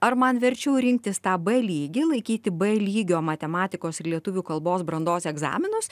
ar man verčiau rinktis tą b lygį laikyti b lygio matematikos ir lietuvių kalbos brandos egzaminus